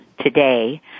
today